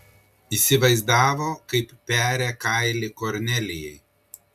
įsivaizdavo kaip peria kailį kornelijai